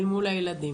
אל מול הילדים.